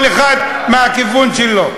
כל אחד מהכיוון שלו.